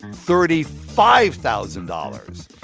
thirty five thousand dollars.